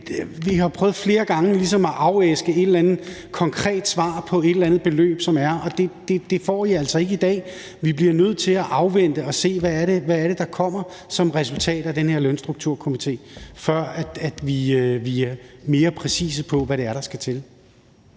afæsket et eller andet konkret svar på et eller andet beløb, og det får I altså ikke i dag. Vi bliver nødt til at afvente det og se, hvad det er, der kommer som resultat af den her lønstrukturkomité, før vi kan være mere præcise på, hvad det er, der skal til.